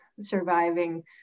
surviving